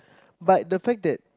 but the fact that